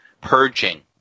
purging